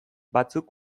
batzuk